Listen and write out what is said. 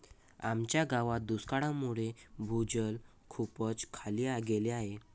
आमच्या गावात दुष्काळामुळे भूजल खूपच खाली गेले आहे